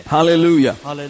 Hallelujah